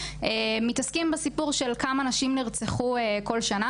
מתעסקים בסיפור של כמה נשים נרצחו כל שנה,